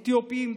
אתיופים,